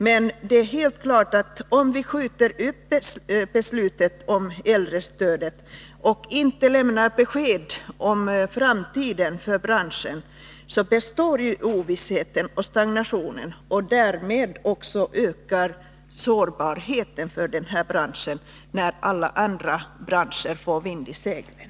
Men det är helt klart att om vi skjuter upp beslutet om äldrestödet och inte lämnar besked om framtiden för branschen, består ovissheten och stagnationen och därmed ökar också sårbarheten för branschen, när alla andra branscher får vind i seglen.